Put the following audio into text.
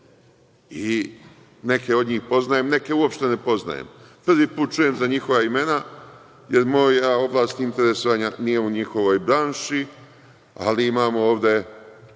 Neke od njih poznajem, neke uopšte ne poznajem, prvi put čujem za njihova imena, jer moja oblast interesovanja nije u njihovoj branši, ali imamo ovde